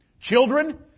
Children